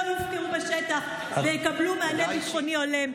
יופקרו בשטח ויקבלו מענה ביטחוני הולם,